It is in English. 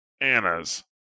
Annas